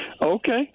Okay